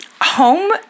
home